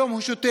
היום הוא שותק.